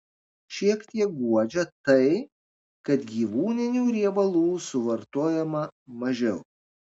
šiek tiek guodžia tai kad gyvūninių riebalų suvartojama mažiau